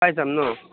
পাই যাম ন